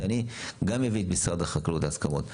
שאני גם אביא את משרד החקלאות להסכמות.